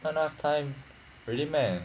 not enough time really meh